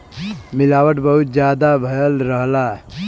मिलावट बहुत जादा भयल रहला